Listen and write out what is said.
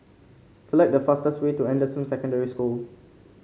select the fastest way to Anderson Secondary School